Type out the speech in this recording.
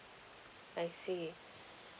I see